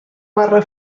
barra